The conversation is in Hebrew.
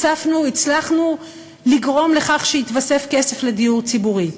הצלחנו לגרום לכך שהתווסף כסף לדיור ציבורי,